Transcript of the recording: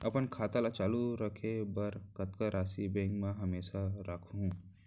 अपन खाता ल चालू रखे बर कतका राशि बैंक म हमेशा राखहूँ?